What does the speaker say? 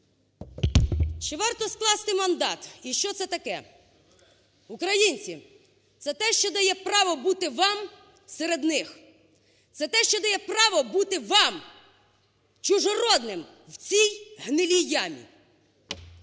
Чи варто скласти мандат і що це таке? Українці, це те, що дає право бути вам серед них, це те, що дає право бути вам чужородним в цій гнилій ямі.